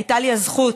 הייתה לי הזכות